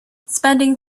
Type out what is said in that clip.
spending